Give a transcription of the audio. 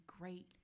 great